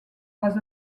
was